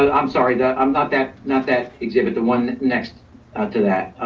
ah i'm sorry that i'm not that not that exhibit, the one next to that,